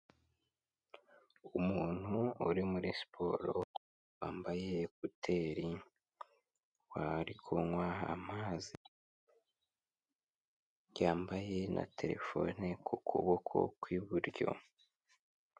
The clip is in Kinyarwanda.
Umuntu uri muri siporo wambaye ekuteri, ari kunywa amazi, yambaye na telefone ku kuboko kw'iburyo.